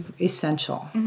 essential